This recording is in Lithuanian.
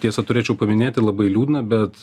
tiesa turėčiau paminėti labai liūdna bet